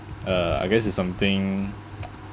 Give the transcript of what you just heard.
uh I guess it's something